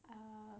um